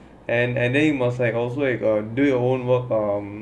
and and then you must like also you got do your own work